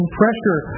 pressure